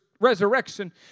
resurrection